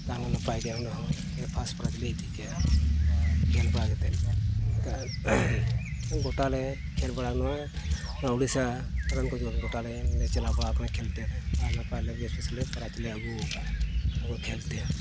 ᱛᱟᱨᱢᱟᱱᱮ ᱱᱟᱯᱟᱭ ᱜᱮ ᱚᱸᱰᱮ ᱦᱚᱸ ᱯᱷᱟᱥᱴ ᱯᱨᱟᱭᱤᱡᱽ ᱞᱮ ᱤᱫᱤ ᱠᱮᱜᱼᱟ ᱠᱷᱮᱞ ᱵᱟᱲᱟ ᱠᱟᱛᱮᱫ ᱜᱳᱴᱟ ᱞᱮ ᱠᱷᱮᱞ ᱵᱟᱲᱟᱭᱟ ᱱᱚᱣᱟ ᱡᱮᱢᱚᱱ ᱩᱰᱤᱥᱥᱟ ᱨᱮᱱ ᱡᱮᱢᱚᱱ ᱜᱳᱴᱟ ᱞᱮ ᱪᱟᱞᱟᱣ ᱵᱟᱲᱟᱣ ᱠᱟᱱᱟ ᱠᱷᱮᱞᱛᱮ ᱟᱨ ᱱᱟᱯᱟᱭ ᱞᱮ ᱵᱮᱥ ᱵᱮᱥ ᱞᱮ ᱯᱨᱟᱭᱤᱡᱽ ᱞᱮ ᱟᱹᱜᱩ ᱟᱠᱟᱫᱼᱟ ᱟᱵᱚ ᱠᱷᱮᱞ ᱛᱮ